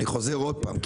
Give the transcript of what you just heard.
אני חוזר עוד פעם,